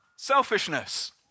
Selfishness